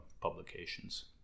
publications